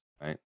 right